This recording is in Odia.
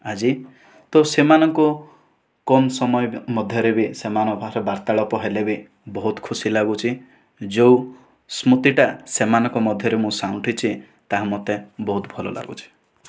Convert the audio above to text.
ଆଜି ତ ସେମାନଙ୍କୁ କମ ସମୟରେ ମଧ୍ୟ ବି ସେମାନଙ୍କ ଭିତରେ ବାର୍ତ୍ତାଳାପ ହେଲେ ବି ବହୁତ ଖୁସି ଲାଗୁଛି ଯେଉଁ ସ୍ମୃତିଟା ସେମାନଙ୍କ ମଧ୍ୟରେ ମୁଁ ସାଉଁଟିଛି ତାହା ମୋତେ ବହୁତ ଭଲ ଲାଗୁଛି